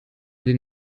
den